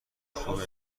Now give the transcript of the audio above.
خوبی